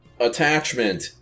Attachment